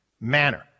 manner